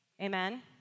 Amen